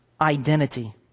identity